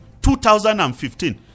2015